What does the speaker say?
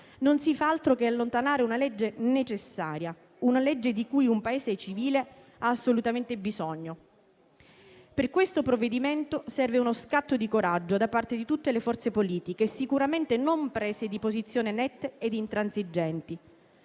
non si fa altro che allontanare una legge necessaria, una legge di cui un Paese civile ha assolutamente bisogno. Per questo provvedimento serve uno scatto di coraggio da parte di tutte le forze politiche e sicuramente non prese di posizione nette e intransigenti.